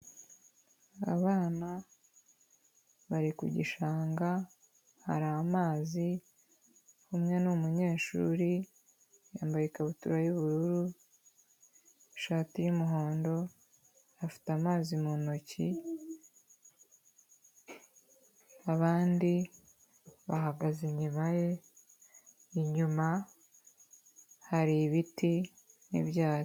Abana bari ku gishanga hari amazi, umwe ni umunyeshuri yambaye ikabutura y'ubururu, ishati y'umuhondo, afite amazi mu ntoki, abandi bahagaze inyuma ye, inyuma hari ibiti n'ibyatsi.